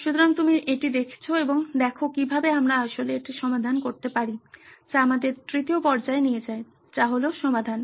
সুতরাং তুমি এটি দেখছো এবং দেখো কিভাবে আমরা আসলে এটি সমাধান করতে পারি যা আমাদের তৃতীয় পর্যায়ে নিয়ে যায় যা হলো সমাধান